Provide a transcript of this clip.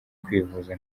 kwivuza